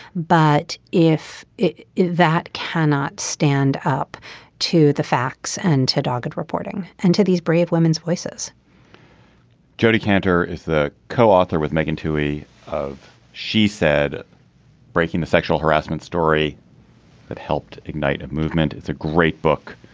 but if that cannot stand up to the facts and to dogged reporting and to these brave women's voices jodi kantor is the co-author with meghan tuohy of she said breaking the sexual harassment story that helped ignite a movement. it's a great book.